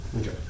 Okay